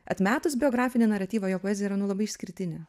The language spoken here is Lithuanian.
atmetus biografinį naratyvą jo poezija yra nu labai išskirtinė